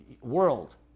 world